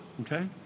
okay